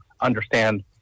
understand